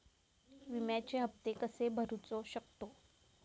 विम्याचे हप्ते कसे भरूचो शकतो?